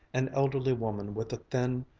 an elderly woman with a thin,